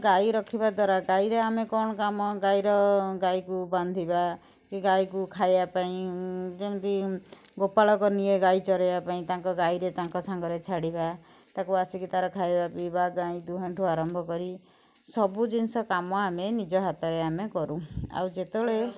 ଗାଈ ରଖିବା ଦ୍ଵାରା ଗାଈର ଆମେ କଣ କାମ ଗାଈର ଗାଈକୁ ବାନ୍ଧିବା କି ଗାଈକୁ ଖାଇବା ପାଇଁ ଯେମିତି ଗୋପାଳକ ନିଏ ଗାଈ ଚରାଇବା ପାଇଁ ତାଙ୍କ ଗାଈରେ ତାଙ୍କ ସାଙ୍ଗରେ ଛାଡ଼ିବା ତାକୁ ଆସିକି ତା'ର ଖାଇବା ପିଇବା ଗାଈ ଦୁହାଁ ଠୁ ଆରମ୍ଭ କରି ସବୁ ଜିନିଷ କାମ ଆମେ ନିଜ ହାତରେ ଆମେ କରୁ ଆଉ ଯେତେବେଳେ